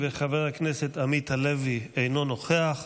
חבר הכנסת עמית הלוי, אינו נוכח.